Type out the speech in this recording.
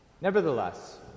Nevertheless